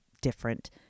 different